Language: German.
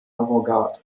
avantgarde